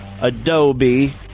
Adobe